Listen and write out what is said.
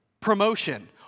promotion